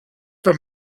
wenn